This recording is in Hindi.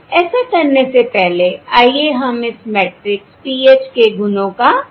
ऐसा करने से पहले आइए हम इस मैट्रिक्स PH के गुणों का पता लगाएं